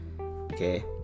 Okay